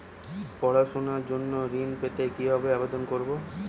পড়াশুনা জন্য ঋণ পেতে কিভাবে আবেদন করব?